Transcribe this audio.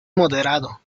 moderado